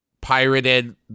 pirated